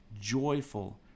joyful